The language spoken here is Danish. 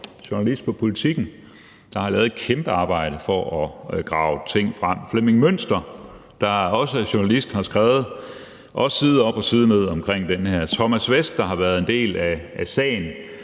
journalist på politikken, der har lavet et kæmpearbejde for at grave ting frem. Der er Flemming Mønster, som også er journalist, og som også har skrevet side op og side ned om den her sag. Thomas Westh har været en del af sagen